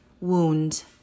wound